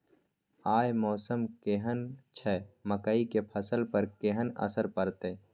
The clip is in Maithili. आय मौसम केहन छै मकई के फसल पर केहन असर परतै?